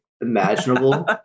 imaginable